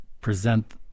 present